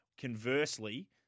Conversely